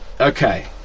Okay